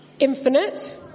infinite